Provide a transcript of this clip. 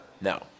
No